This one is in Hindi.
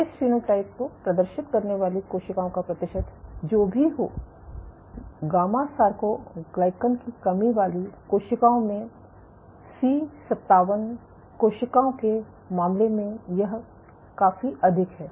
इस फेनोटाइप को प्रदर्शित करने वाली कोशिकाओं का प्रतिशत जो भी हो गामा सार्कोग्लाइकैन की कमी वाली कोशिकाओं में सी57 कोशिकाओं के मामले में यह काफी अधिक है